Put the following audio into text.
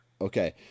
Okay